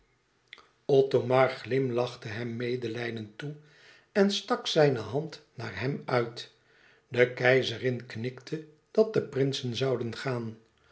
glimlachte hem medelijdend toe en stak zijne hand naar hem uit de keizerin knikte dat de prinsen zouden gaan